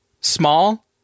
small